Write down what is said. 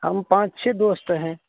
ہم پانچ چھ دوست ہیں